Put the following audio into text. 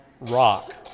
rock